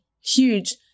huge